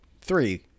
Three